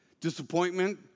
disappointment